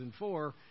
2004